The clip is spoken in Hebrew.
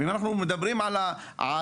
ואם אנחנו מדברים על הגדר,